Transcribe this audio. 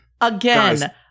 Again